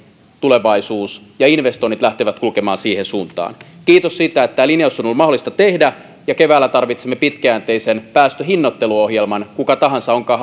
tulevaisuus ja investoinnit lähtevät kulkemaan siihen suuntaan kiitos siitä että tämä linjaus on ollut mahdollista tehdä ja keväällä tarvitsemme pitkäjänteisen päästöhinnoitteluohjelman kuka tahansa onkaan